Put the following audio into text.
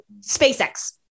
SpaceX